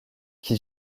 qui